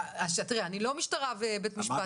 אני לא משטרה ובית משפט,